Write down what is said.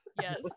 yes